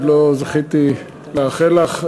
עוד לא זכיתי לאחל לך,